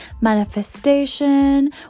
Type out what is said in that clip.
manifestation